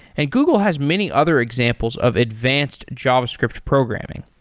and google has many other examples of advanced javascript programming.